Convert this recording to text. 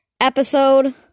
episode